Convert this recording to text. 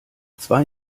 zwei